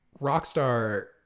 Rockstar